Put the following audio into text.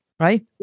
Right